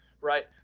right